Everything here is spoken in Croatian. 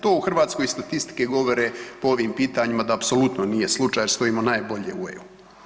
To u Hrvatskoj statistike govore po ovim pitanjima da apsolutno nije slučaj jer stojimo najbolje u EU.